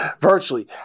virtually